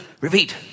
repeat